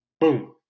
Boom